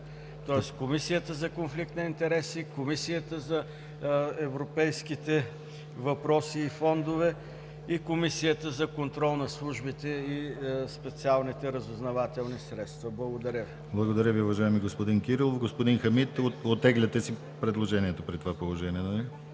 – Комисията за конфликт на интереси, Комисията за европейските въпроси и фондове, и Комисията за контрол над службите и специалните разузнавателни средства. Благодаря Ви. ПРЕДСЕДАТЕЛ ДИМИТЪР ГЛАВЧЕВ: Благодаря Ви, уважаеми господин Кирилов. Господин Хамид, оттегляте си предложението при това положение, нали?